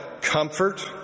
comfort